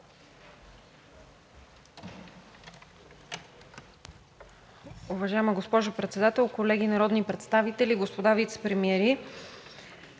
Уважаема госпожо Председател, колеги народни представители, господа вицепремиери!